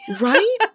Right